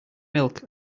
milk